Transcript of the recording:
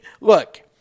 look